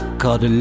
called